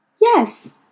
Yes